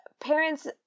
parents